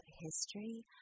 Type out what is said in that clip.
history